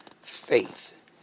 faith